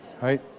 Right